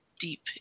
deep